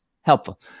helpful